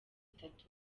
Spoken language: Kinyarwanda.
itatu